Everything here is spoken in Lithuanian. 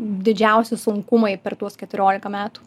didžiausi sunkumai per tuos keturiolika metų